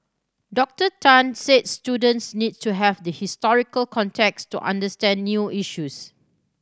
Doctor Tan said students need to have the historical context to understand new issues